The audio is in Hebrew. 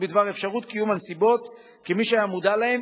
בדבר אפשרות קיום הנסיבות כמי שהיה מודע להם,